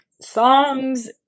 songs